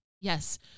yes